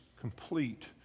complete